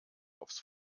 aufs